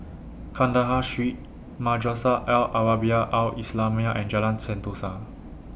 Kandahar Street Madrasah Al Arabiah Al Islamiah and Jalan Sentosa